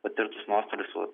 patirtus nuostolius